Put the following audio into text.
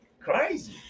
Crazy